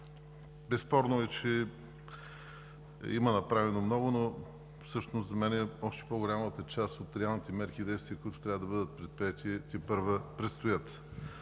Безспорно е, че има направено много, но всъщност за мен още по-голямата част от реалните мерки и действия, които трябва да бъдат предприети, тепърва предстоят.